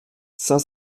cinq